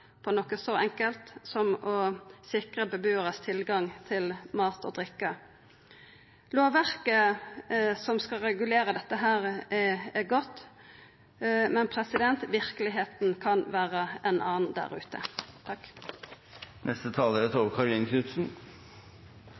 på noko så enkelt som å sikra bebuarane sin tilgang til mat og drikke. Lovverket som skal regulera dette, er godt, men verkelegheita kan vera ei anna der ute.